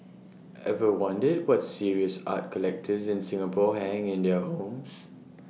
ever wondered what serious art collectors in Singapore hang in their homes